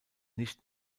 nicht